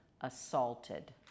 assaulted